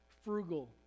frugal